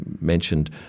mentioned